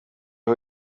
aho